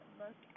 look